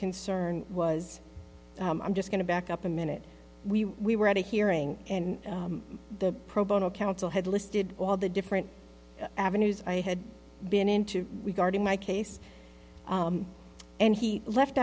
concern was i'm just going to back up a minute we we were at a hearing and the pro bono counsel had listed all the different avenues i had been into regarding my case and he left